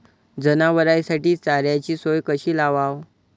जनावराइसाठी चाऱ्याची सोय कशी लावाव?